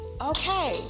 Okay